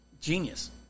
genius